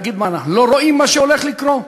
להגיד מה, אנחנו לא רואים מה שהולך לקרות?